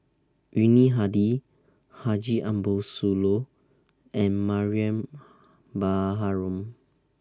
Yuni Hadi Haji Ambo Sooloh and Mariam Baharom